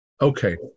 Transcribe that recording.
Okay